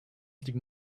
liegen